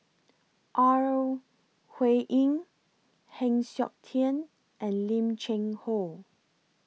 Ore Huiying Heng Siok Tian and Lim Cheng Hoe